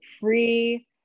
free